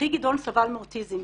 אחי גדעון סבל מאוטיזם,